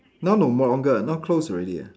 now no more longer now closed already ah